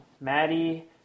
Maddie